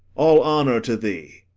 all honour to thee!